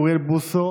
אוריאל בוסו